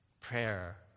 Prayer